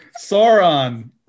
Sauron